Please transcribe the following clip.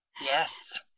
Yes